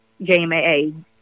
JMAA